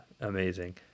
amazing